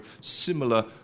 similar